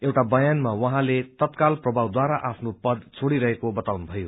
एउटा बयानमा उहाँले तत्व्रल प्रभावद्वारा आफ्नो पद छोड़िरहेको बताउनुभयो